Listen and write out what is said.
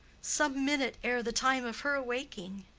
some minute ere the time of her awaking,